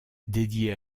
dédiée